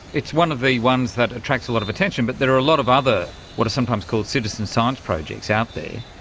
it's one of the ones that attracts a lot of attention, but there are a lot of other what are sometimes called citizen science projects out there.